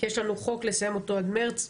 כי יש לנו חוק לסיים אותו עד מרץ,